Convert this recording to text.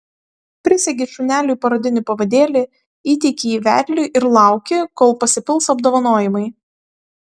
prisegi šuneliui parodinį pavadėlį įteiki jį vedliui ir lauki kol pasipils apdovanojimai